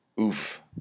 oof